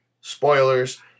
spoilers